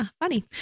Funny